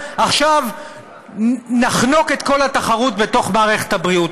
עכשיו נחנוק את כל התחרות בתוך מערכת הבריאות.